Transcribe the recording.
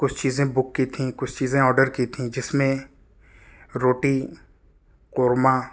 کچھ چیزیں بک کی تھیں کچھ چیزیں آرڈر کی تھیں جس میں روٹی قورمہ